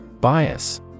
Bias